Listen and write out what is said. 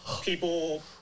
people